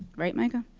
right, micah?